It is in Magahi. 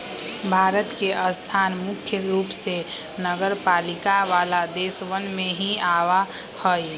भारत के स्थान मुख्य रूप से नगरपालिका वाला देशवन में ही आवा हई